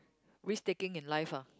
risk taking in life ah